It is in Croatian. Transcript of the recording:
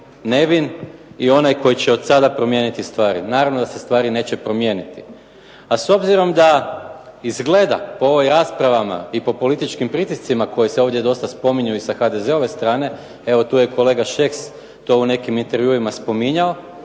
nevin i onaj koji će od sada promijeniti stvari. Naravno da se stvari neće promijeniti. A s obzirom da izgleda po ovim raspravama i po političkim pritiscima koje se ovdje dosad spominju i sa HDZ-ove strane, evo tu je kolega Šeks to u nekim intervjuima spominjao,